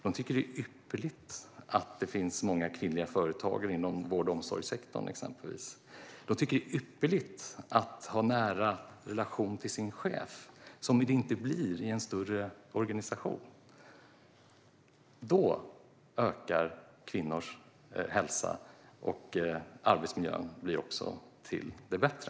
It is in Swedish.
De tycker att det är ypperligt att det finns många kvinnliga företagare inom exempelvis vård och omsorgssektorn. De tycker att det är ypperligt att ha en nära relation till sin chef, vilket man inte får i en större organisation. Då förbättras kvinnors hälsa, och arbetsmiljön blir också bättre.